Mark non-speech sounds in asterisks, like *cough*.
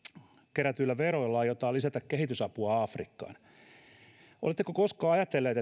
kerätyillä veroilla aiotaan lisätä kehitysapua afrikkaan oletteko koskaan ajatelleet *unintelligible*